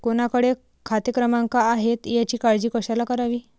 कोणाकडे खाते क्रमांक आहेत याची काळजी कशाला करावी